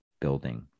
building